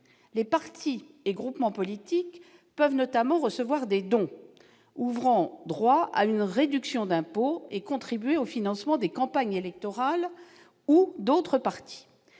les partis et groupements politiques peuvent notamment recevoir des dons ouvrant droit à une réduction d'impôt et contribuer au financement des campagnes électorales ou d'autres partis.